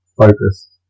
focus